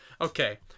Okay